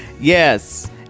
Yes